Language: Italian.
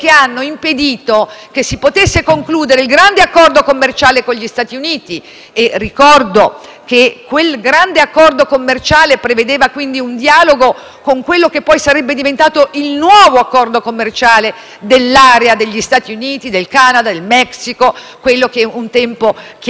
che quel grande accordo commerciale prevedeva, quindi, un dialogo con quello che poi sarebbe diventato il nuovo accordo commerciale dell'area degli Stati Uniti, del Canada e del Mexico, quello che un tempo chiamavamo il sistema commerciale più importante del mondo.